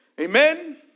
Amen